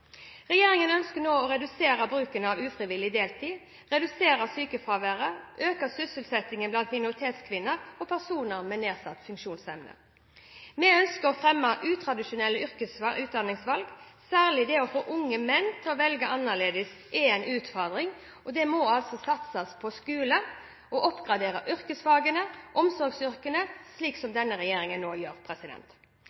Regjeringen ønsker å redusere bruken av ufrivillig deltid, redusere sykefraværet og øke sysselsettingen blant minoritetskvinner og personer med nedsatt funksjonsevne. Vi ønsker å fremme utradisjonelle utdanningsvalg, særlig det å få unge menn til å velge annerledes, er en utfordring. Det må satses på skolen, og en må oppgradere yrkesfagene og omsorgsyrkene, slik som